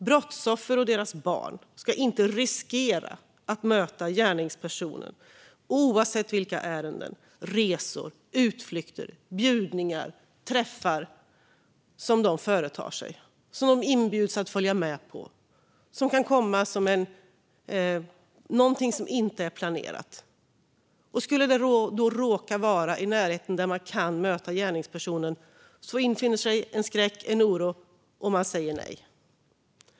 Brottsoffer och deras barn ska inte löpa risk att möta gärningspersonen oavsett vilka ärenden, resor, utflykter, bjudningar eller träffar de företar sig eller inbjuds att följa med på. Det kan komma som något som inte är planerat, och skulle det då råka vara i närheten av där man kan möta gärningspersonen infinner sig en skräck, en oro, och man säger nej.